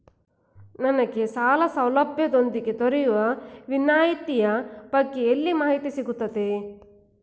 ನನಗೆ ಸಾಲ ಸೌಲಭ್ಯದೊಂದಿಗೆ ದೊರೆಯುವ ವಿನಾಯತಿಯ ಬಗ್ಗೆ ಎಲ್ಲಿ ಮಾಹಿತಿ ಸಿಗುತ್ತದೆ?